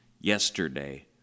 yesterday